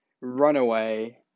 Runaway